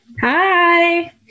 Hi